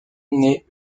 née